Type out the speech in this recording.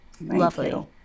lovely